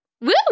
Woo